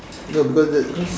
no because that because